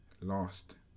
last